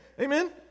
Amen